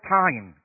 time